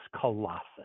Colossus